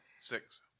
six